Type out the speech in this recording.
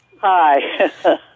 Hi